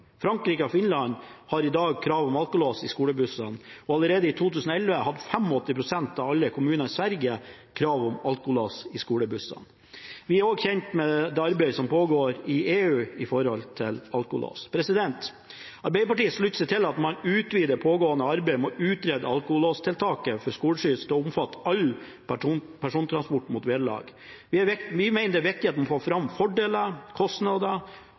Frankrike og Finland har i dag krav om alkolås i skolebussene, og allerede i 2011 hadde 85 pst. av alle kommuner i Sverige krav om alkolås i skolebussene. Vi er også kjent med det arbeidet som pågår i EU med hensyn til alkolås. Arbeiderpartiet slutter seg til at man utvider det pågående arbeidet med å utrede alkolåstiltaket for skoleskyss til å omfatte all persontransport mot vederlag. Vi mener det er viktig at man får fram fordeler, kostnader